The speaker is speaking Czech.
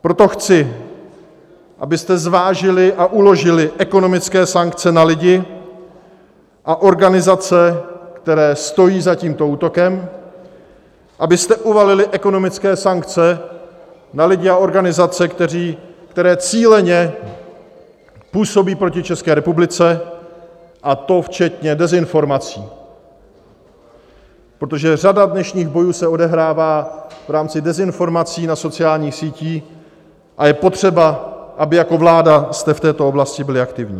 Proto chci, abyste zvážili a uložili ekonomické sankce na lidi a organizace, které stojí za tímto útokem, abyste uvalili ekonomické sankce na lidi a organizace, které cíleně působí proti České republice, a to včetně dezinformací, protože řada dnešních bojů se odehrává v rámci dezinformací na sociálních sítích, a je potřeba, abyste jako vláda v této oblasti byli aktivní.